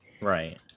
right